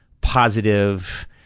positive